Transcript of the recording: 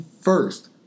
first